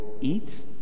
eat